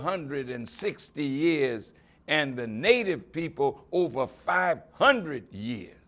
hundred and sixty years and the native people over five hundred yea